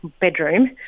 bedroom